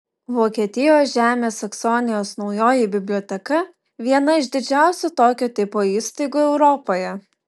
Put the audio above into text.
vokietijos žemės saksonijos naujoji biblioteka viena iš didžiausių tokio tipo įstaigų europoje